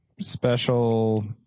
special